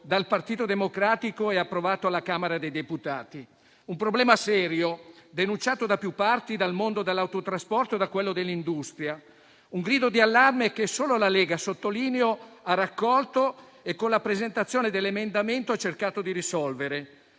dal Partito Democratico e approvato alla Camera dei deputati. Si tratta di un problema serio, denunciato da più parti, dal mondo dell'autotrasporto e da quello dell'industria, un grido di allarme che solo la Lega - lo sottolineo - ha raccolto e con la presentazione del citato emendamento ha cercato di risolvere.